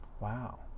Wow